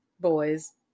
Boys